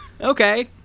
okay